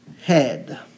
head